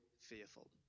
fearful